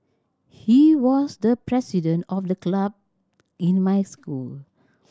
he was the president of the club in my school